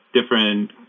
different